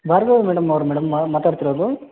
Bhargavi madam ಅವ್ರು ಮೇಡಮ್ಮಾ ಮಾತಾಡ್ತಿರೋದು